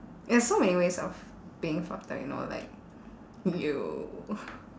there are so many ways of being fucked up you know like you